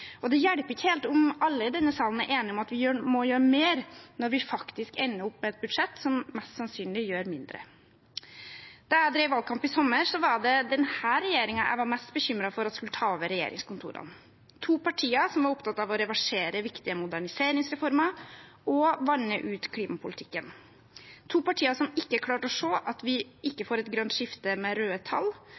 forslag. Det hjelper ikke helt om alle i denne salen er enige om at vi må gjøre mer, når vi faktisk ender opp med et budsjett som mest sannsynlig gjør mindre. Da jeg drev valgkamp i sommer, var det denne regjeringen jeg var mest bekymret for at skulle ta over regjeringskontorene – med to partier som var opptatt av å reversere viktige moderniseringsreformer og vanne ut klimapolitikken, to partier som ikke klarte å se at vi ikke får et grønt skifte med røde tall,